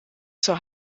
zur